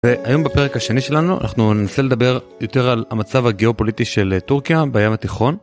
היום בפרק השני שלנו אנחנו ננסה לדבר יותר על המצב הגיאופוליטי של טורקיה בים התיכון.